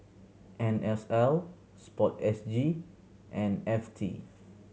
N S L Sport S G and F T